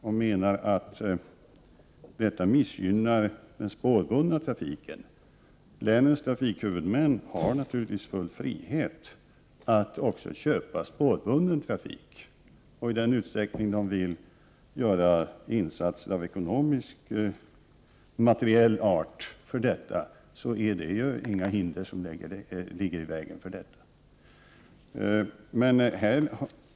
Han menar att dessa missgynnar den spårbundna trafiken. Länshuvudmännen har naturligtvis full frihet att också köpa spårbunden trafik. I den utsträckning de vill göra insatser av ekonomisk och materiell art ligger inga hinder i vägen för detta.